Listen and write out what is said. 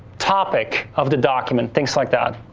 topic of the document, things like that.